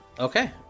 Okay